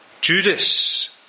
Judas